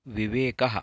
विवेकः